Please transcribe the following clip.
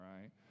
right